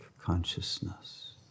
consciousness